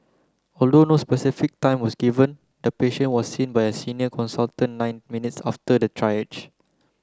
no specific time was given the patient was seen by a senior consultant nine minutes after the triage